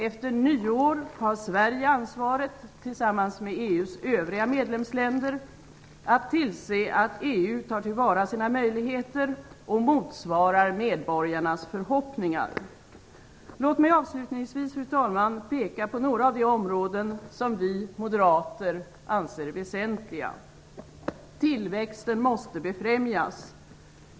Efter nyår har Sverige ansvaret tillsammans med EU:s övriga medlemsländer att tillse att EU tar till vara sina möjligheter och motsvarar medborgarnas förhoppningar. Fru talman! Låt mig avslutningsvis peka på några av de områden som vi moderater anser väsentliga. Tillväxten måste befrämjas.